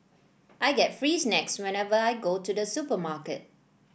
I get free snacks whenever I go to the supermarket